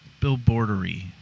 billboardery